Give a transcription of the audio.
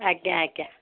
ଆଜ୍ଞା ଆଜ୍ଞା